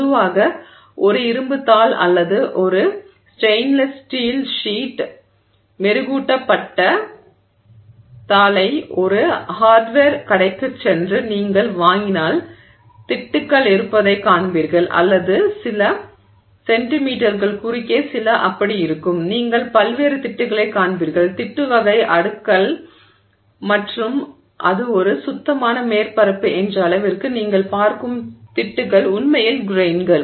பொதுவாக ஒரு இரும்புத் தாள் அல்லது ஒரு ஸ்டெயின்லெஸ் ஸ்டீல் ஷீட் ஷீட் மெருகூட்டப்பட்ட தாளை ஒரு ஹார்ட்வர் கடைக்குச் சென்று நீங்கள் வாங்கினால் திட்டுக்கள் இருப்பதைக் காண்பீர்கள் அல்லது சில சென்டிமீட்டர்கள் குறுக்கே சில அப்படி இருக்கும் நீங்கள் பல்வேறு திட்டுக்களைக் காண்பீர்கள் திட்டு வகை அடுக்கல் மற்றும் அது ஒரு சுத்தமான மேற்பரப்பு என்ற அளவிற்கு நீங்கள் பார்க்கும் திட்டுகள் உண்மையில் கிரெய்ன்கள்